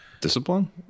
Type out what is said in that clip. discipline